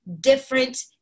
different